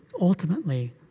ultimately